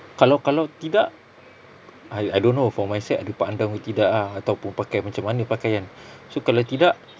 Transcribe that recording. kalau kalau tidak I I don't know for my side ada pak andam ke tidak ah ataupun pakai macam mana pakaian so kalau tidak